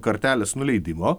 kartelės nuleidimo